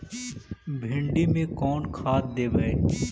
भिंडी में कोन खाद देबै?